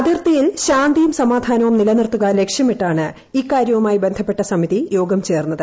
അതിർത്തിയിൽ ശാന്തിയും സമാധാനവും നിലനിർത്തുക ലക്ഷ്യമിട്ടാണ് ഇക്കാര്യവുമായി ബന്ധപ്പെട്ട സമിതി യ്യോഗം ചേർന്നത്